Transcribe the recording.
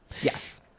Yes